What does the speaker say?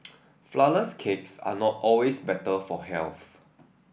flour less cakes are not always better for health